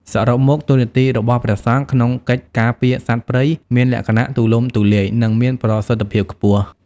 សរុបមក តួនាទីរបស់ព្រះសង្ឃក្នុងកិច្ចការពារសត្វព្រៃមានលក្ខណៈទូលំទូលាយ និងមានប្រសិទ្ធភាពខ្ពស់។